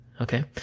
Okay